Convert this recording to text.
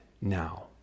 now